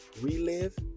relive